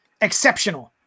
exceptional